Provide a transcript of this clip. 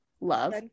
love